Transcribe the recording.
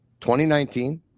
2019